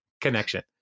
connection